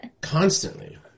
Constantly